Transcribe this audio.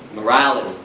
morality.